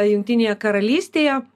jungtinėje karalystėje